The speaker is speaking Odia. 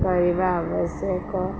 କରିବା ଆବଶ୍ୟକ